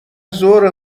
زهره